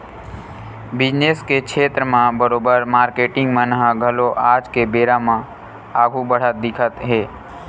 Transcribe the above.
business के छेत्र म बरोबर मारकेटिंग मन ह घलो आज के बेरा म आघु बड़हत दिखत हे